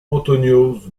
anthonioz